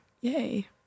yay